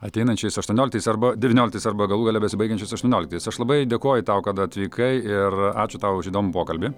ateinančiais aštuonioliktais arba devynioliktais arba galų gale besibaigiančiais aštuonioliktais aš labai dėkoju tau kad atvykai ir ačiū tau už įdomų pokalbį